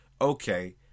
okay